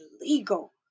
illegal